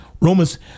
Romans